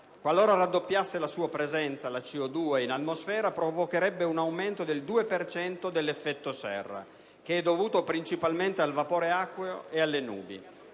la CO2 raddoppiasse la sua presenza nell'atmosfera provocherebbe un aumento del 2 per cento dell'effetto serra, che è dovuto principalmente al vapore acqueo e alle nubi.